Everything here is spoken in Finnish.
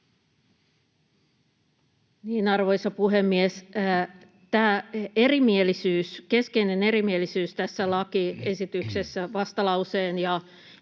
Arvoisa puhemies! Tämä keskeinen erimielisyys tässä lakiesityksessä vastalauseen